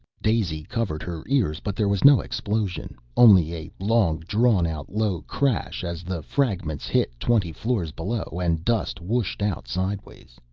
daisy covered her ears, but there was no explosion, only a long-drawn-out low crash as the fragments hit twenty floors below and dust whooshed out sideways.